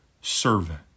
servant